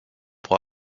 pour